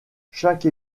chaque